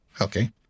Okay